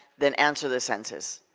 then answer the census.